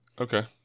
okay